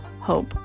hope